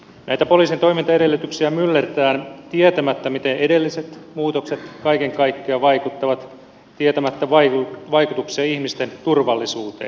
näitä poliisin toimintaedellytyksiä myllerretään tietämättä miten edelliset muutokset kaiken kaikkiaan vaikuttavat tietämättä vaikutuksia ihmisten turvallisuuteen